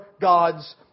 God's